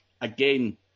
again